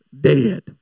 dead